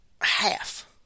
half